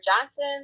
Johnson